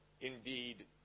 Indeed